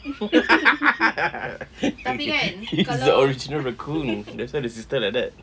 he's the original raccoon that's why the sister like that